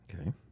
Okay